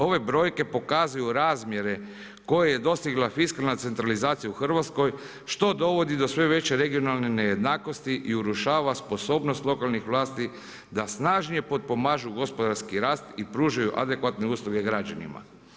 Ove brojke pokazuju razmjere koje je dostigla fiskalna centralizacija u Hrvatskoj što dovodi do sve veće regionalne nejednakosti i urušava sposobnost lokalnih vlasti da snažnije potpomažu gospodarski rast i pružaju adekvatne usluge građanima.